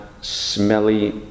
smelly